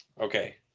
Okay